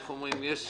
איך אומרים?